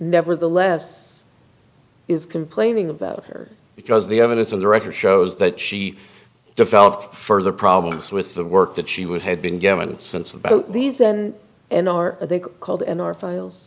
nevertheless is complaining about her because the evidence on the record shows that she developed further problems with the work that she would have been given since about these then and are they called in our files